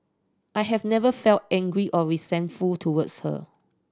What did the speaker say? I have never felt angry or resentful towards her